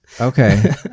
Okay